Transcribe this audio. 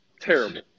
Terrible